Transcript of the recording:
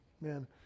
Man